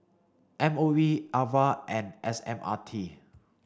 M O E Ava and S M R T